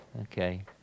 Okay